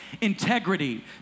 integrity